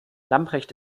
lamprecht